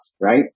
right